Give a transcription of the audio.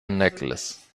necklace